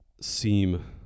seem